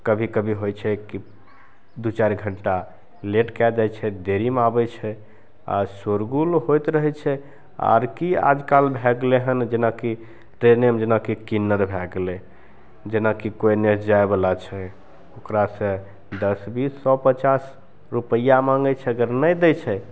कभी कभी होइ छै कि दुइ चारि घण्टा लेट कै दै छै देरीमे आबै छै आ शोरगुल होइत रहै छै आओर कि आजकल भै गेलै हँ जेनाकि ट्रेनेमे जेनाकि किन्नर भै गेलै जेना कि कोइ ने जाइवला छै ओकरा से दस बीस सओ पचास रुपैआ माँगै छै अगर नहि दै छै